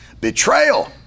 betrayal